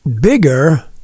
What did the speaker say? bigger